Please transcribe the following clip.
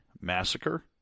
Massacre